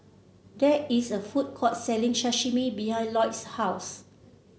there is a food court selling Sashimi behind Lloyd's house